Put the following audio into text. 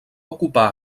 ocupar